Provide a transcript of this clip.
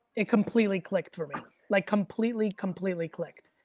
it completely clicked for me, like completely, completely clicked.